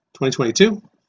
2022